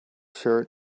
shirt